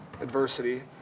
adversity